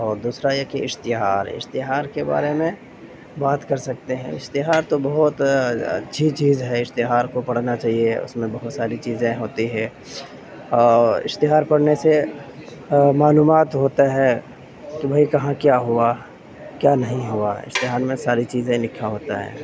اور دوسرا یہ کہ اشتہار اشتہار کے بارے میں بات کر سکتے ہیں اشتہار تو بہت اچھی چیز ہے اشتہار کو پڑھنا چاہیے اس میں بہت ساری چیزیں ہوتی ہے اور اشتہار پرھنے سے معلومات ہوتا ہے کہ بھائی کہاں کیا ہوا کیا نہیں ہوا اشتہار میں ساری چیزیں لکھا ہوتا ہے